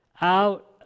out